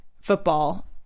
football